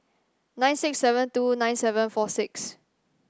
nine six seven two nine seven four six